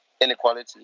inequality